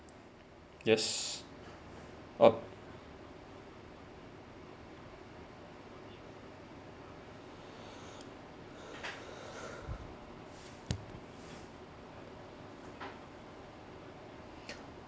yes up